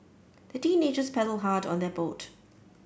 the teenagers paddled hard on their boat